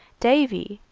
davy,